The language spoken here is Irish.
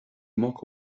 muc